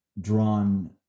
drawn